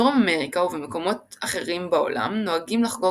בדרום אמריקה ובמקומות אחרים בעולם נוהגים לחגוג